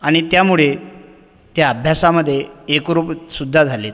आणि त्यामुळे त्या अभ्यासामध्ये एकरूप सुद्धा झालेत